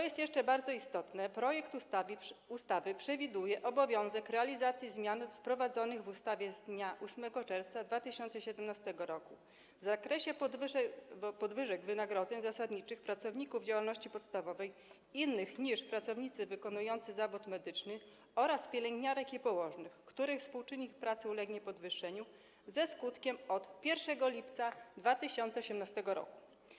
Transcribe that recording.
Jest jeszcze bardzo istotne to, że projekt ustawy przewiduje obowiązek realizacji zmian wprowadzonych w ustawie z dnia 8 czerwca 2017 r. w zakresie podwyżek wynagrodzeń zasadniczych pracowników działalności podstawowej innych niż pracownicy wykonujący zawód medyczny oraz pielęgniarek i położnych, których współczynnik pracy ulegnie podwyższeniu ze skutkiem od 1 lipca 2018 r.